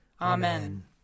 Amen